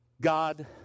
God